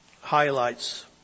highlights